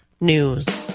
news